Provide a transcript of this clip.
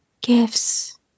gifts